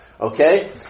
Okay